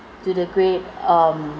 to the great um